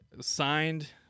signed